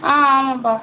ஆ ஆமாப்பா